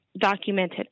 documented